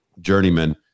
journeyman